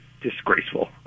disgraceful